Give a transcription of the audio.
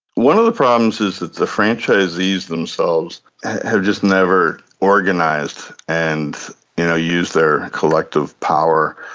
one of the problems is that the franchisees themselves have just never organised and and used their collective power.